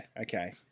okay